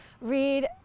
read